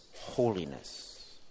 holiness